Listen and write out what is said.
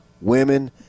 women